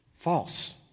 False